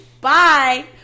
bye